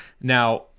Now